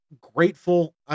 grateful